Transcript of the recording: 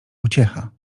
uciecha